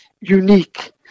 unique